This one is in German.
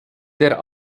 der